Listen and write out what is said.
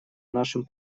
нашем